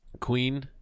Queen